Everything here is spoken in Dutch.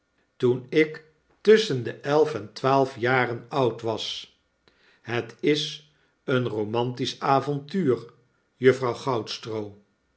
toen ik tusschen de elf entwaalf jarenoud was het is een romantisch avontuur